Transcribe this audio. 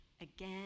again